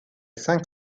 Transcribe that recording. cinq